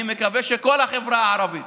אני מקווה שכל החברה הערבית